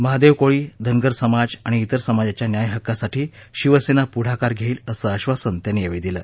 महादेव कोळी धनगर समाज आणि इतर समाजाच्या न्यायहक्कासाठी शिवसेना पुढाकार घेईल असं आश्वासन त्यांनी यावेळी दिलं